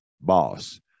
boss